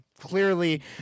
clearly